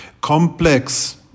complex